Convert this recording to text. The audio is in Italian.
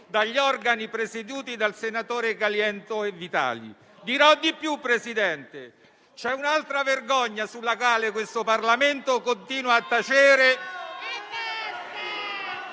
dagli organi presieduti dai senatori Caliendo e Vitali. Dirò di più, Presidente: c'è un'altra vergogna sulla quale questo Parlamento continua a tacere.